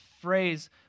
phrase